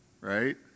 right